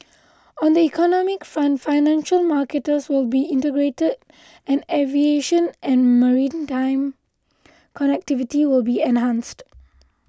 on the economic front financial markets will be integrated and aviation and maritime connectivity will be enhanced